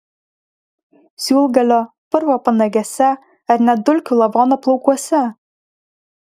siūlgalio purvo panagėse ar net dulkių lavono plaukuose